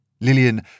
Lillian